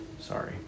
Sorry